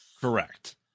correct